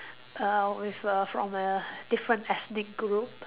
err with a from a different ethnic group